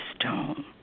stone